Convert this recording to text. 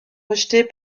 rejeté